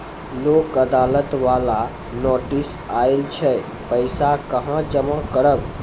लोक अदालत बाला नोटिस आयल छै पैसा कहां जमा करबऽ?